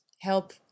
help